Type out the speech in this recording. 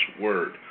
word